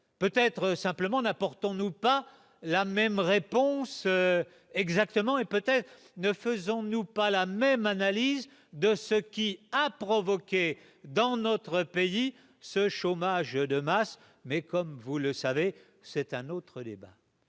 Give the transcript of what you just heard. peut-être simplement n'apportons-nous pas la même réponse exactement et peut-être ne faisons-nous pas la même analyse de ce qui a provoqué dans notre pays, ce chômage de masse, mais comme vous le savez, c'est un autre débat